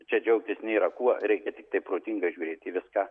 čia džiaugtis nėra kuo reikia tiktai protingai žiūrėti į viską